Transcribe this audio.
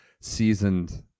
seasoned